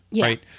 Right